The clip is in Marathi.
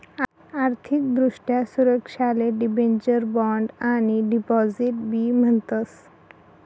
आर्थिक दृष्ट्या सुरक्षाले डिबेंचर, बॉण्ड आणि डिपॉझिट बी म्हणतस